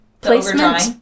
placement